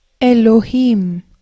ELOHIM